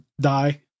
die